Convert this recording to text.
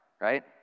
Right